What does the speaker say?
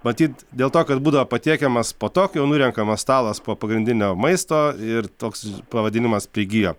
matyt dėl to kad būdavo patiekiamas po to kai jau nurenkamas stalas po pagrindinio maisto ir toks pavadinimas prigijo